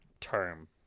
term